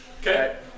Okay